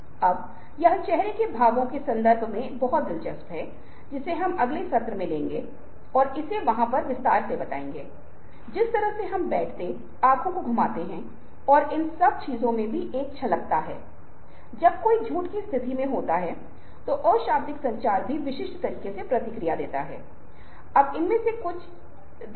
तब एरिस्टॉटल ने अनुनय को 3 श्रेणियों में वर्गीकृत किया जो लोकाचार लोगो और असर पाथोस Pathos के बारे में बात की और आज भी जब हम समकालीन संदर्भ के बारे में बात कर रहे हैं तो ये अवधारणाएँ बहुत हद तक सही हैं